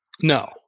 No